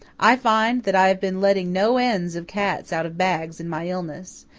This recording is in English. i find that i have been letting no ends of cats out of bags in my illness.